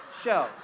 show